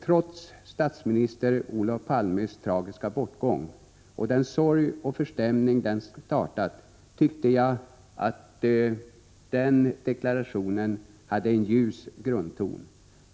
Trots statsminister Olof Palmes tragiska bortgång och den sorg och förstämning den skapat tyckte jag att deklarationen hade en ljus grundton.